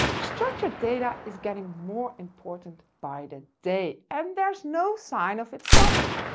structured data is getting more important by the day. and there's no sign of it stopping.